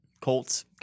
Colts